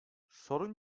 sorun